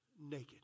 naked